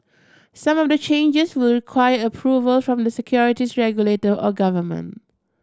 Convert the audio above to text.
some of the changes will require approval from the securities regulator or government